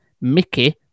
Mickey